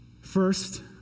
First